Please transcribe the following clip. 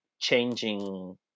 changing